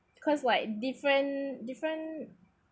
because like different different